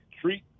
treat